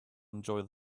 enjoy